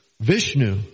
Vishnu